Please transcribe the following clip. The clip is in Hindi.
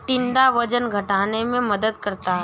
टिंडा वजन घटाने में मदद करता है